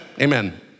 Amen